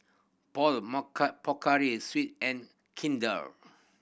Paul Pocari Sweat and Kinder